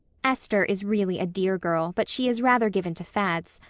esther is really a dear girl, but she is rather given to fads.